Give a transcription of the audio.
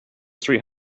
three